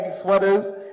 sweaters